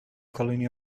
colony